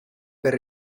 per